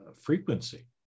frequency